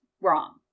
wrong